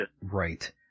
Right